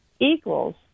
equals